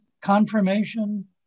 confirmation